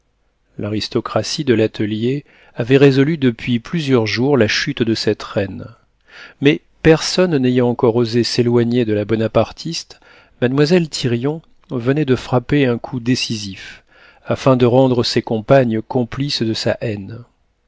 l'aristocratie de l'atelier avait résolu depuis plusieurs jours la chute de cette reine mais personne n'ayant encore osé s'éloigner de la bonapartiste mademoiselle thirion venait de frapper un coup décisif afin de rendre ses compagnes complices de sa haine